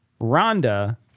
Rhonda